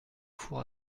four